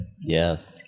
Yes